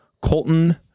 colton